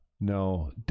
No